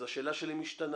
אז השאלה שלי משתנה.